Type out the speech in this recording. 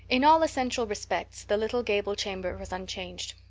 in all essential respects the little gable chamber was unchanged.